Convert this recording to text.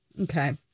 Okay